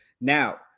Now